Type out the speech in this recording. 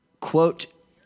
quote